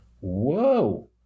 Whoa